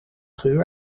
geur